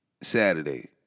Saturday